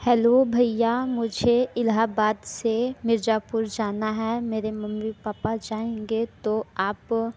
hello भैया मुझे इलाहाबाद से मिर्ज़ापुर जाना है मेरे मम्मी पापा जाएंगे तो आप